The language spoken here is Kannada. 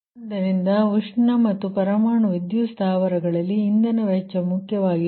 ಆದ್ದರಿಂದ ಉಷ್ಣ ಮತ್ತು ಪರಮಾಣು ವಿದ್ಯುತ್ ಸ್ಥಾವರಗಳಲ್ಲಿ ಇಂಧನ ವೆಚ್ಚ ಮುಖ್ಯವಾಗಿದೆ